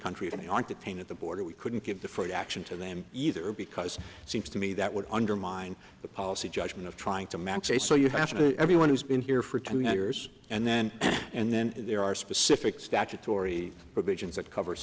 country and they aren't that pain at the border we couldn't give the free action to them either because it seems to me that would undermine the policy judgment of trying to max a so you have to everyone who's been here for two years and then and then there are specific statutory provisions that cover